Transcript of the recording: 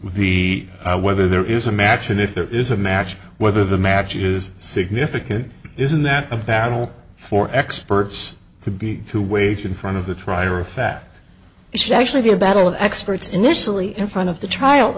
the whether there is a match and if there is a match whether the match is significant isn't that a battle for experts to be to wait in front of the try rafat should actually be a battle of experts initially in front of the